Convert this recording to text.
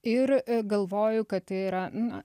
ir galvoju kad tai yra na